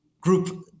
group